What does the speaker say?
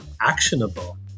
actionable